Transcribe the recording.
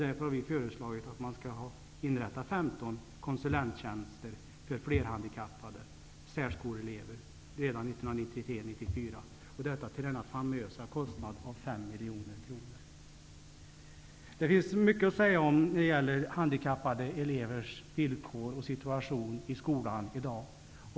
Därför har vi föreslagit att det skall inrättas 15 konsulenttjänster för flerhandikappade särskoleelever redan 1993/94, detta till den famösa kostnaden av 5 miljoner kronor. Det finns mycket att säga om handikappade elevers villkor och situation i skolan i dag.